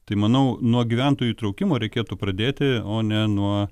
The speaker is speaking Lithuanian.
tai manau nuo gyventojų įtraukimo reikėtų pradėti o ne nuo